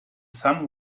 sun